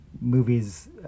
movie's